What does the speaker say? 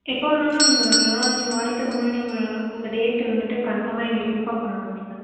எப்போது வேணாலும் நீங்கள் வரலாம் ஆனால் நீங்கள் வரத்துக்கு முன்னாடி இவங்க இந்த டேட்டு வந்துவிட்டு கன்ஃபார்மாக எங்களுக்கு இன்ஃபார்ம் பண்ணணும் நீங்கள்